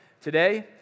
today